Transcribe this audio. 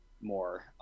more